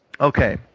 Okay